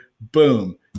boom